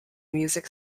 music